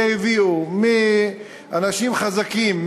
והביאו אנשים חזקים,